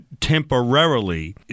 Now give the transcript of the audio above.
temporarily